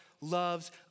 loves